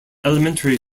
elementary